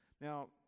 Now